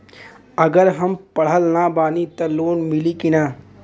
अगर हम पढ़ल ना बानी त लोन मिली कि ना?